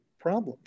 problems